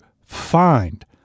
find